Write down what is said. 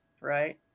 right